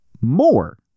more